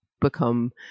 become